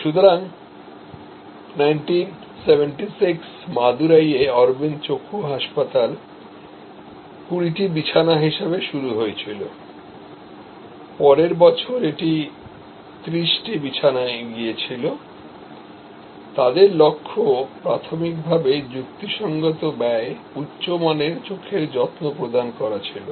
সুতরাং 1976 মাদুরাইয়ে অরবিন্দ চক্ষু হাসপাতাল 20 বিছানা হিসাবে শুরু হয়েছিল পরের বছর এটি 30 বেডে গিয়েছিল তাদের লক্ষ্য প্রাথমিকভাবে যুক্তিসঙ্গত ব্যয়ে উচ্চমানের চোখের যত্ন প্রদান করা ছিল